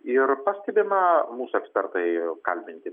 ir pastebima mūsų ekspertai kalbinti